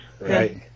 Right